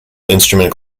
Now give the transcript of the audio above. instrument